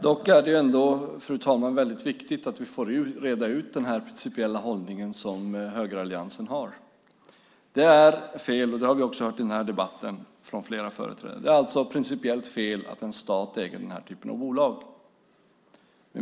Fru talman! Det är ändå väldigt viktigt att vi får reda ut den principiella hållning som högeralliansen har. Det är alltså principiellt fel - det har vi hört i den här debatten från flera företrädare - att en stat äger den här typen av bolag.